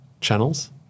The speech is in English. channels